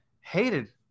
hated